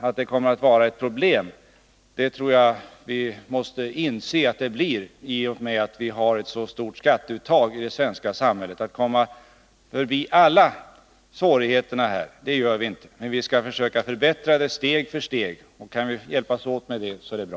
Att det kommer att bli ett problem tror jag vi måste inse, i och med att vi har ett så stort skatteuttag i det svenska samhället. Vi kan inte komma förbi alla svårigheter, men vi skall försöka förbättra systemet steg för steg, och kan vi hjälpas åt med det så är det bra.